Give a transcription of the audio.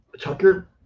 Tucker